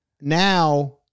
now